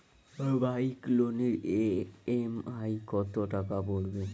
Bike লোনের EMI কত টাকা পড়বে?